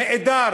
נהדר.